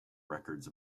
records